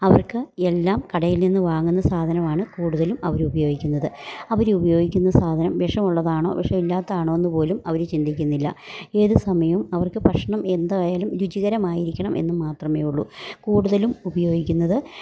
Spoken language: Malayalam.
അവർക്ക് എല്ലാം കടയിൽ നിന്ന് വാങ്ങുന്ന സാധനമാണ് കൂടുതലും അവര് ഉപയോഗിക്കുന്നത് അവരുപയോഗിക്കുന്ന സാധനം വിഷമുള്ളതാണോ വിഷം ഇലാത്തതാണോ എന്ന് പോലും അവര് ചിന്തിക്കുന്നില്ല ഏത് സമയം അവർക്ക് ഭക്ഷണം എന്തായാലും രുചികരമായിരിക്കണം എന്ന് മാത്രമേ ഉള്ളൂ കൂടുതലും ഉപയോഗിക്കുന്നത്